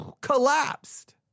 collapsed